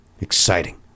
Exciting